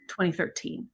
2013